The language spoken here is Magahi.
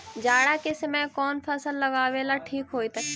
जाड़ा के समय कौन फसल लगावेला ठिक होतइ?